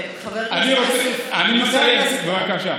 תודה.